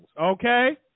okay